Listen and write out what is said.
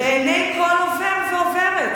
לעיני כל עובר ועוברת,